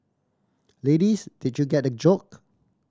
ladies did you get the joke